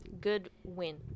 Goodwin